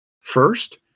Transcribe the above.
First